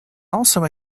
also